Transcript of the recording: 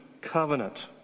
covenant